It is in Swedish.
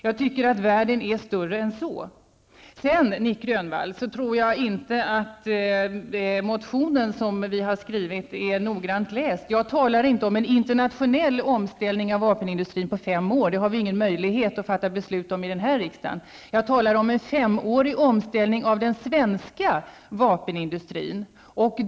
Jag tycker att världen är större än så. Sedan tror jag, Nic Grönvall, att den motion som vi har skrivit inte är noggrant läst. Jag talar inte om en internationell omställning beträffande vapenindustrin på fem år -- det har vi här i riksdagen inte någon möjlighet att fatta beslut om -- utan jag talar om en omställning av den svenska vapenindustrin på fem år.